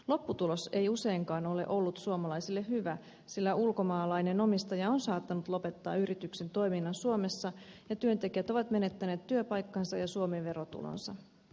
lopputulos ei useinkaan ole ollut suomalaiselle hyvä sillä ulkomaalainen omistaja on saattanut lopettaa yrityksen toiminnan suomessa ja työntekijät ovat menettäneet työpaikkansa ja suomi verotulonsa